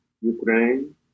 Ukraine